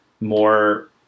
more